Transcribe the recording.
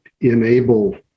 enable